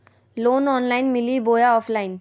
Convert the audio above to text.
Loan online मिली बोया offline?